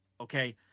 okay